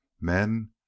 Men